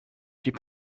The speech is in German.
die